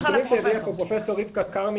הנתונים שהביאה פה פרופ' רבקה כרמי